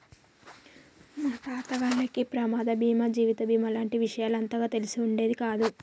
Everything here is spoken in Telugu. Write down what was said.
మా తాత వాళ్లకి ప్రమాద బీమా జీవిత బీమా లాంటి విషయాలు అంతగా తెలిసి ఉండేది కాదు